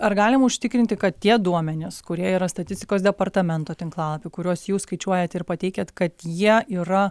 ar galim užtikrinti kad tie duomenys kurie yra statistikos departamento tinklalapy kuriuos jūs skaičiuojat ir pateikiat kad jie yra